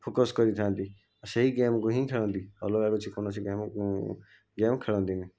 focus କରିଥାନ୍ତି ସେହି ଗେମ୍କୁ ହିଁ ଖେଳନ୍ତି ଅଲଗା କିଛି କୌଣସି ଗେମ୍ ଗେମ୍ ଖେଳନ୍ତି ନାହିଁ